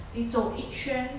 你走一圈